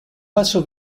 basso